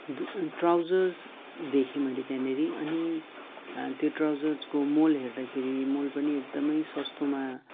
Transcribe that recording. दु ट्राउजर्स देखेँ मैले त्यहाँनेर अनि त्यो ट्राउजर्सको मोल हेर्दाखेरि मोल पनि एकदमै सस्तोमा